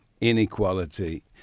inequality